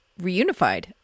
reunified